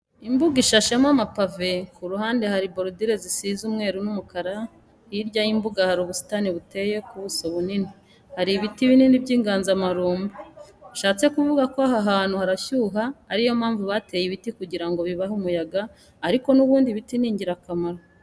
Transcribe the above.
Imbuga ishashemo amapave, ku ruhande hari borodire zisize umweru n'umukara hirya y'imbuga hari ubusitani buteye ku buso bunini, hari n'ibiti binini by'inganzamarumbo. Bishatse kuvuga ko aha hantu harashyuha ariyo mpamvu bateye ibiti kugira ngo bibahe umuyaga ariko n'ubundi ibiti n'ingirakamaro.